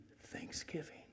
thanksgiving